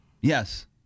Yes